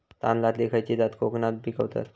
तांदलतली खयची जात कोकणात पिकवतत?